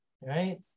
right